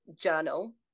journal